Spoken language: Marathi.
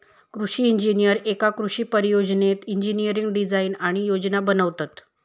कृषि इंजिनीयर एका कृषि परियोजनेत इंजिनियरिंग डिझाईन आणि योजना बनवतत